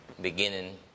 beginning